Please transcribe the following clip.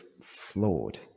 flawed